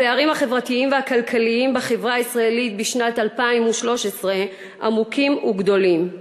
הפערים החברתיים והכלכליים בחברה הישראלית בשנת 2013 עמוקים וגדולים.